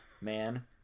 man